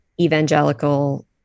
evangelical